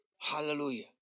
Hallelujah